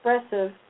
expressive